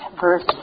verse